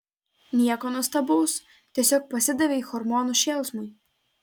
nieko nuostabaus tiesiog pasidavei hormonų šėlsmui